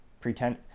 pretend